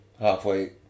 halfway